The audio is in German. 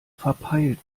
verpeilt